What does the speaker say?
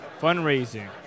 fundraising